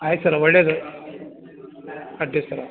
ಆಯ್ತು ಸರ್ ಒಳ್ಳೆಯದು ಅಡ್ಡಿಲ್ಲ ಸರ